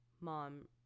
mom